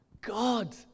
God